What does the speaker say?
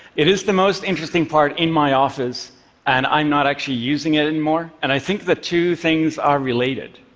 it is the most interesting part in my office and i'm not actually using it anymore. and i think the two things are related.